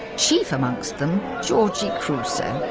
chief amongst them georgie crusoe.